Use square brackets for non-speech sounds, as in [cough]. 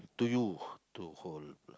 to you [breath] to hold